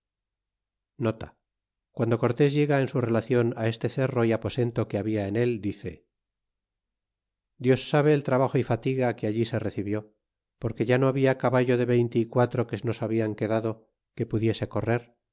quando cortés llega en su relacion este cerro y aposento que habla en el dice dios salte el trabajo y fatiga que alli se recibió porque ya no habla caballo de veinte y quatro que nos hablan quedado que pudiese correr